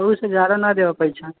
ओहिसँ जादा नहि देबऽ पैसा